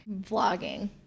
vlogging